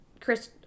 Chris